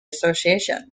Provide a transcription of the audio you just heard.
association